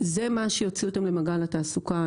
זה מה שיוציא אותן ממעגל האבטלה,